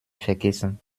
vergessen